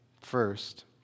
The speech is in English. First